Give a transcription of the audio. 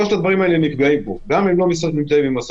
שלושת הדברים האלה נפגעים פה הם לא עם מסכות,